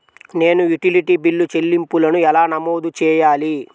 నేను utility bill చెల్లింపులను ఎలా నమోదు చేయాలి?